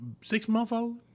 six-month-old